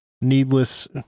needless